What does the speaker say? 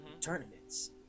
tournaments